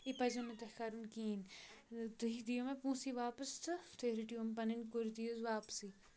یہِ پَزیو نہٕ تۄہہِ کَرُن کِہیٖنۍ تُہۍ دِیو مےٚ پونٛسٕے واپَس تہٕ تُہۍ رٔٹِو یِم پَنٕنۍ کُرتی حظ واپسٕے